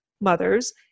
mothers